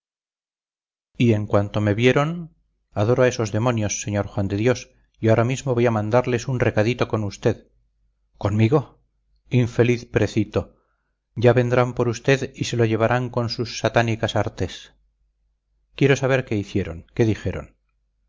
y en cuanto me vieron adoro a esos demonios sr juan de dios y ahora mismo voy a mandarles un recadito con usted conmigo infeliz precito ya vendrán por usted y se lo llevarán con sus satánicas artes quiero saber qué hicieron qué dijeron